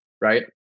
Right